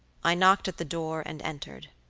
i knocked at the door and entered.